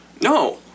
no